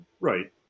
Right